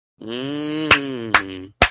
Mmm